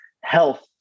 health